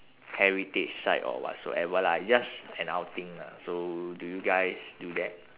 heritage site or whatsoever lah just an outing lah so do you guys do that